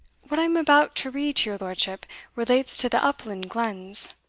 what i am about to read to your lordship relates to the upland glens.